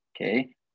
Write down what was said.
Okay